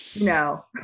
No